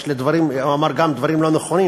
הוא גם אמר דברים לא נכונים,